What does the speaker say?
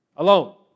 Alone